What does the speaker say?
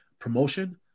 promotion